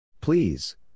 Please